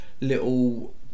little